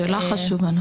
שאלה חשובה.